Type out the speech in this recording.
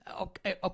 okay